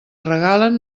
regalen